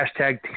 hashtag